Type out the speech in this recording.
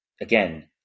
again